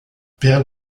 während